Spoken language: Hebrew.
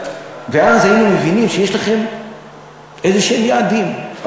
ואז היינו מבינים שיש לכם יעדים כלשהם.